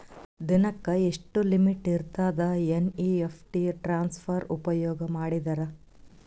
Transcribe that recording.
ದಿನಕ್ಕ ಎಷ್ಟ ಲಿಮಿಟ್ ಇರತದ ಎನ್.ಇ.ಎಫ್.ಟಿ ಟ್ರಾನ್ಸಫರ್ ಉಪಯೋಗ ಮಾಡಿದರ?